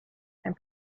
and